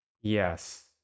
Yes